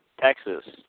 Texas